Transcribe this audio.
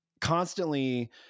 constantly